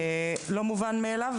זה לא מובן אליו.